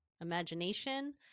imagination